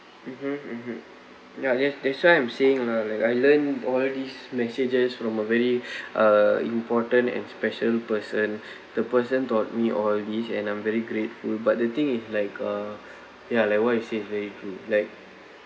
mmhmm mmhmm ya that's that's why I'm saying lah like I learn all these messages from a very uh important and special person the person taught me all this and I'm very grateful but the thing is like uh ya like what you say is very true like